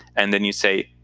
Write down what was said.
and then you say,